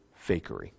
fakery